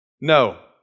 No